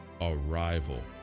Arrival